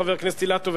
חבר הכנסת אילטוב,